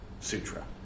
sutra